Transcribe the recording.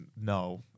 no